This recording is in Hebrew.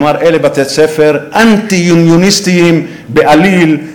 כלומר אלה בתי-ספר אנטי-יוניוניוסטיים בעליל,